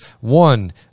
One